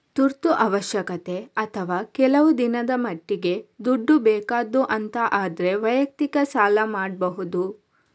ತುರ್ತು ಅವಶ್ಯಕತೆ ಅಥವಾ ಕೆಲವು ದಿನದ ಮಟ್ಟಿಗೆ ದುಡ್ಡು ಬೇಕಾದ್ದು ಅಂತ ಆದ್ರೆ ವೈಯಕ್ತಿಕ ಸಾಲ ಮಾಡ್ಬಹುದು